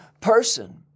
person